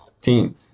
team